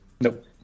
Nope